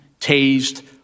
tased